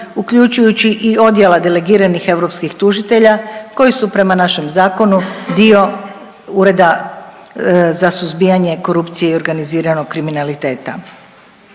uključujući i odjela delegiranih europskih tužitelja koji su prema našem zakonu dio Ureda za suzbijanje korupcije i organiziranog kriminaliteta.